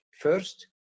first